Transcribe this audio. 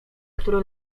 który